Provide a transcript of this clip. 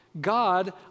God